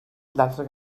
dels